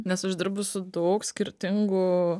nes aš dirbu su daug skirtingų